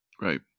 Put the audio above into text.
Right